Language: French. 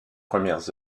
premières